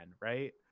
right